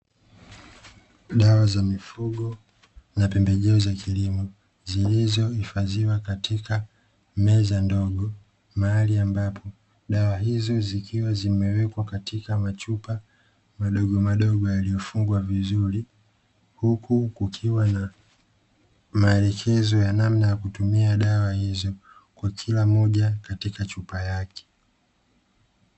Dawa za mifugo na pembejeo za kilimo zilizohifadhiwa katika meza ndogo mahali ambapo dawa hizo zikiwa zimewekwa katika machupa madogo madogo yaliyofungwa vizuri, huku kukiwa na maelekezo ya namna ya kutumia dawa hizo kwa kila moja katika chupa yake.